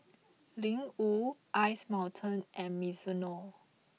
Ling Wu Ice Mountain and Mizuno